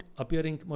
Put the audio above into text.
appearing